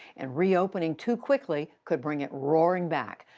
and reopening too quickly could bring it roaring back.